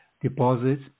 deposits